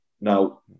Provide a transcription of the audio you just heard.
Now